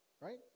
Right